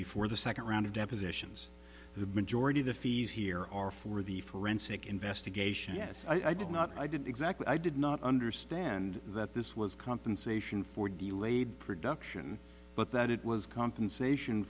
before the second round of depositions the majority of the fees here are for the forensic investigation yes i did not i did exactly i did not understand that this was compensation for de laid production but that it was compensation